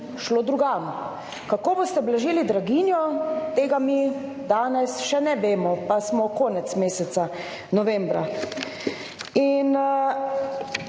šlo drugam. Kako boste blažili draginjo, tega mi danes še ne vemo, pa smo konec meseca novembra. In